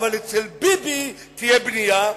אבל אצל ביבי תהיה בנייה,